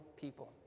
people